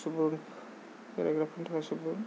सुबुरुन बेरायग्राफोरनि थाखाय सुबुरुन